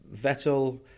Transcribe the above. Vettel